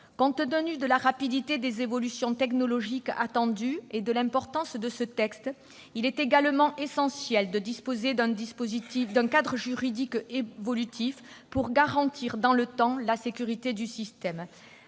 Compte tenu de la rapidité des évolutions technologiques attendues et de l'importance de ce texte, il est également essentiel de disposer d'un cadre juridique évolutif pour garantir dans le temps la sécurité du système.